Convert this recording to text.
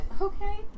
Okay